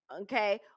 Okay